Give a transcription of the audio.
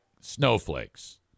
snowflakes